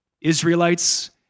Israelites